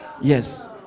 yes